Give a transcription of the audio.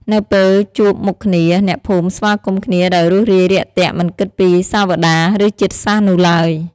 នៅពេលជួបមុខគ្នា អ្នកភូមិស្វាគមន៍គ្នាដោយរួសរាយរាក់ទាក់មិនគិតពីសាវតា ឬជាតិសាសន៍នោះឡើយ។